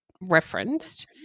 referenced